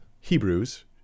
hebrews